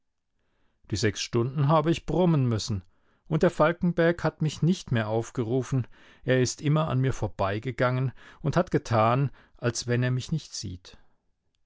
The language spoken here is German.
die sechs stunden habe ich brummen müssen und der falkenberg hat mich nicht mehr aufgerufen er ist immer an mir vorbeigegangen und hat getan als wenn er mich nicht sieht